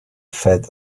fed